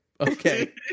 Okay